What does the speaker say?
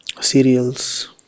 cereals